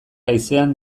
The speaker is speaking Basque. haizean